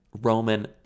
Roman